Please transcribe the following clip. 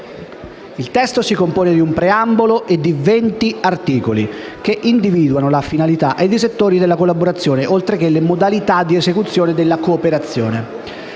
Il testo si compone di un preambolo e di 20 articoli, che individuano le finalità ed i settori della collaborazione, oltre che le modalità di esecuzione della cooperazione.